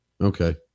Okay